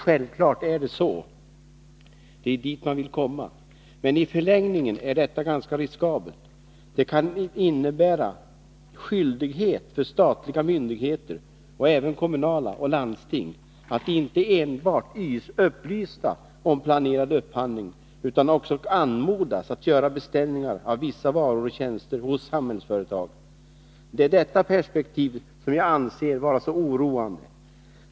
Självfallet är det så. Det är ju dit man vill komma. Men i förlängningen är detta förfarande ganska riskabelt. Det kan innebära skyldighet för statliga, landstingsoch kommunala myndigheter att inte enbart upplysa om planerad upphandling. De kan också komma att anmodas att göra beställningar av vissa varor och tjänster hos Samhällsföretag. Det är detta perspektiv som jag anser vara så oroande.